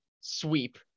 sweep